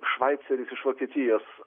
švaiceris iš vokietijos